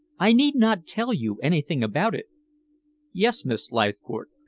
i need not tell you anything about it yes, miss leithcourt,